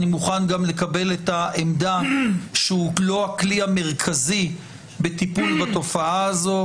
אני מוכן גם לקבל את העמדה שהוא לא הכלי המרכזי לטיפול בתופעה הזאת,